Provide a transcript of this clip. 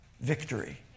victory